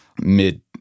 mid